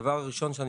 והדבר הראשון שאני